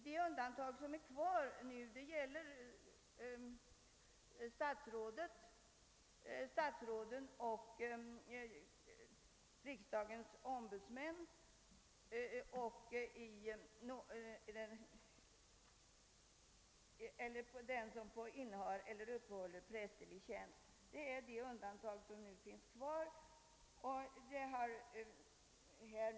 De undantag som sedan finns kvar gäller statsråden och riksdagens ombudsmän samt de som innehar eller upprätthåller prästerlig tjänst.